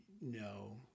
No